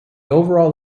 overall